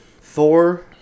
Thor